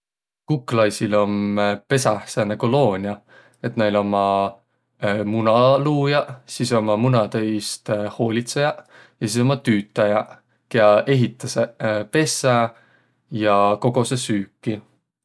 Kuklaisil om pesäh sääne koloonia, et näil ommaq munaluujaq, sis ommaq munadõ iist hoolitsõjaq ja sis ommaq tüütäjäq, kiä ehitäseq pessä ja kogosõq süüki.